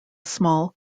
small